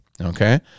okay